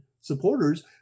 supporters